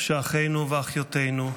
שאחינו ואחיותינו,